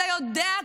אתה יודע,